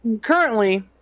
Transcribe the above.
Currently